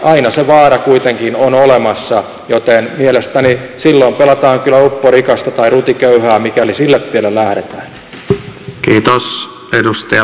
aina se vaara kuitenkin on olemassa joten mielestäni silloin pelataan kyllä upporikasta tai rutiköyhää mikäli sille tielle lähdetään